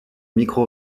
micro